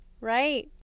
Right